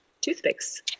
toothpicks